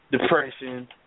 depression